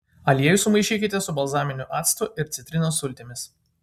aliejų sumaišykite su balzaminiu actu ir citrinos sultimis